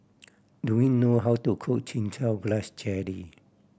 do you know how to cook Chin Chow Grass Jelly